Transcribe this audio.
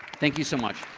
thank you so much.